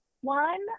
One